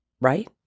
right